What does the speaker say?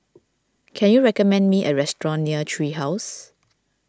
can you recommend me a restaurant near Tree House